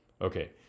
Okay